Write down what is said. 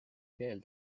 keel